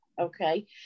Okay